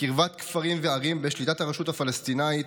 בקרבת כפרים וערים בשליטת הרשות הפלסטינית,